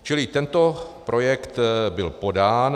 Čili tento projekt byl podán.